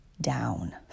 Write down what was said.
down